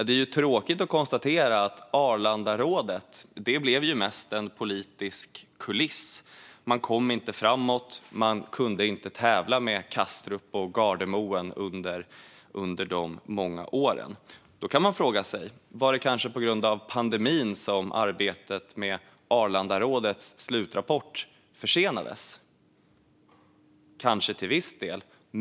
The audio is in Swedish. Det är tråkigt att konstatera att Arlandarådet mest blev en politisk kuliss. Man kom inte framåt; man kunde inte tävla med Kastrup och Gardermoen under alla de åren. Man kan fråga sig om det kanske var på grund av pandemin som arbetet med Arlandarådets slutrapport försenades. Kanske till viss del.